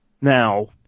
Now